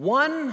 one